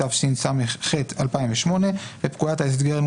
התשס"ח-2008 ופקודת ההסגר ,